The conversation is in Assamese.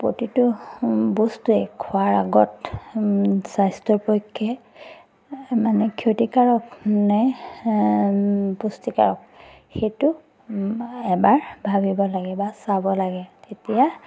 প্ৰতিটো বস্তুৱে খোৱাৰ আগত স্বাস্থ্যৰ পক্ষে মানে ক্ষতিকাৰক নে পুষ্টিকাৰক সেইটো এবাৰ ভাবিব লাগে বা চাব লাগে তেতিয়া